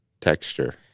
texture